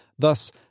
Thus